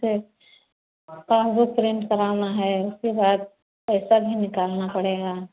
वैसे passbook print कराना है उसके बाद पैसा भी निकालना पड़ेगा